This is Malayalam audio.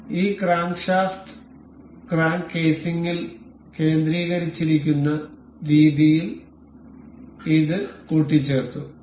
അതിനാൽ ഈ ക്രാങ്ക്ഷാഫ്റ്റ് ക്രാങ്ക് കേസിംഗിൽ കേന്ദ്രീകരിച്ചിരിക്കുന്ന രീതിയിൽ ഇത് കൂട്ടിച്ചേർത്തു